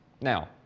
Now